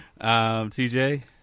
TJ